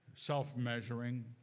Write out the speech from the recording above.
self-measuring